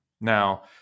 Now